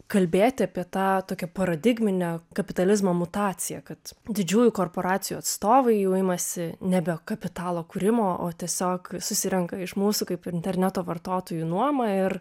kalbėti apie tą tokią paradigminio kapitalizmo mutacija kad didžiųjų korporacijų atstovai jau imasi nebe kapitalo kūrimo o tiesiog susirenka iš mūsų kaip interneto vartotojų nuomą ir